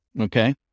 Okay